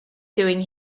doing